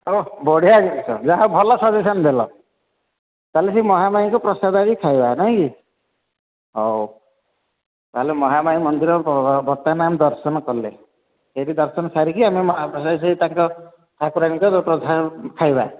ହଁ ବଢ଼ିଆ ଜିନିଷ ଯାହା ହେଉ ଭଲ ସଜେସନ୍ ଦେଲ ତାହେଲେ ସେଇ ମହାମାୟୀଙ୍କ ପ୍ରସାଦ ଆଣିକି ଖାଇବା ନାଇ କି ହେଉ ତାହେଲେ ମହାମାୟୀ ମନ୍ଦିର ବର୍ତ୍ତମାନ ଆମେ ଦର୍ଶନ କଲେ ସେଠି ଦର୍ଶନ ସାରିକି ଆମେ ସେଇ ତାଙ୍କ ର ଠାକୁରାଣୀଙ୍କ ପ୍ରସାଦ ଖାଇବା